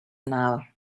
now